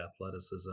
athleticism